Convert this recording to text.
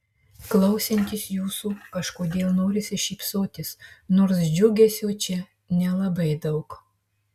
klausantis jūsų kažkodėl norisi šypsotis nors džiugesio čia nelabai daug